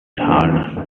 hard